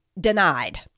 denied